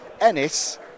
Ennis